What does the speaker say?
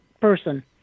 person